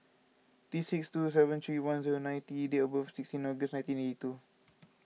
this is T six two seven three one zero nine T date of birth is sixteen August nineteen eighty two